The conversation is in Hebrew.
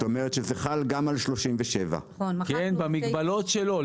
זאת אומרת, שזה חל גם על 37. כן, במגבלות שלו.